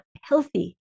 healthy